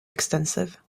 extensive